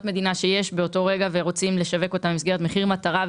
מדינה שיש באותו רגע ורוצים לשווק אותן במסגרת מחיר מטרה.